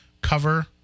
cover